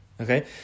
okay